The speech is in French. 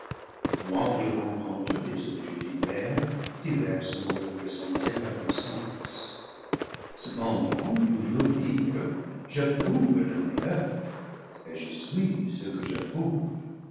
moi qui rencontre des objets divers diversement représentés par les sens cependant toujours libre j'approuve le meilleur et je suis ce que